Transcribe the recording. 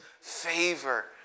favor